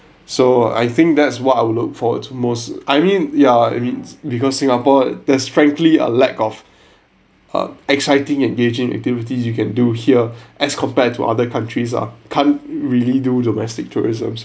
so I think that's what I would look forward to most I mean yeah it means because singapore there's frankly a lack of uh exciting engaging activities you can do here as compared to other countries ah can't really do domestic tourism ah